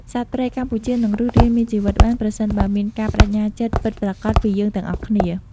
សត្វព្រៃកម្ពុជានឹងរស់រានមានជីវិតបាន ប្រសិនបើមានការប្តេជ្ញាចិត្តពិតប្រាកដពីយើងទាំងអស់គ្នា។